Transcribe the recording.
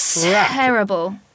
terrible